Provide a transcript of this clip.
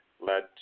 led